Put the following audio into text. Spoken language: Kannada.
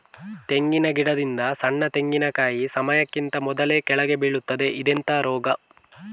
ತೆಂಗಿನ ಗಿಡದಿಂದ ಸಣ್ಣ ತೆಂಗಿನಕಾಯಿ ಸಮಯಕ್ಕಿಂತ ಮೊದಲೇ ಕೆಳಗೆ ಬೀಳುತ್ತದೆ ಇದೆಂತ ರೋಗ?